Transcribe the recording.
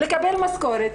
לקבל משכורת,